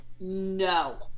no